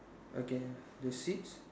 okay the seats